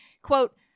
Quote